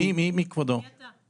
מי אתה?